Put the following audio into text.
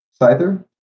Scyther